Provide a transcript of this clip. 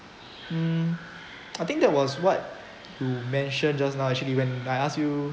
mm I think that was what you mentioned just now actually when I ask you